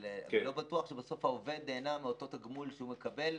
אבל אני לא בטוח שבסוף העובד נהנה מאותו תגמול שהוא מקבל,